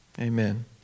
Amen